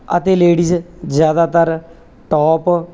ਅਤੇ ਲੇਡੀਜ਼ ਜ਼ਿਆਦਾਤਰ ਟੋਪ